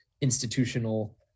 institutional